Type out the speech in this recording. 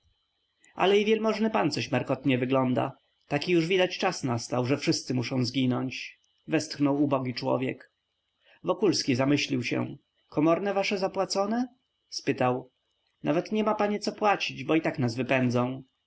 ale i wielmożny pan coś markotnie wygląda taki już widać czas nastał że wszyscy muszą zginąć westchnął ubogi człowiek wokulski zamyślił się komorne wasze zapłacone spytał nawet nie ma panie co płacić bo nas